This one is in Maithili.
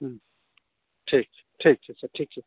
हुँ ठीक छै ठीक छै सर ठीक छै